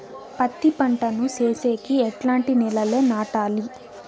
పత్తి పంట ను సేసేకి ఎట్లాంటి నేలలో నాటాలి?